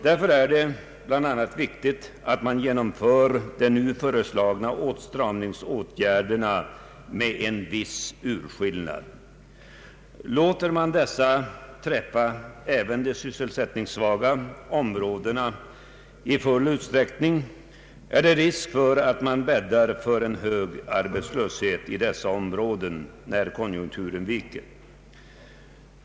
Därför är det bl.a. viktigt att man genomför de nu föreslagna åtstramningsåtgärderna med en viss urskillning. Låter man dessa omfatta även de sysselsättningssvaga områdena i full utsträckning är det risk att man bäddar för en hög arbetslöshet i dessa områden när konjunkturen viker.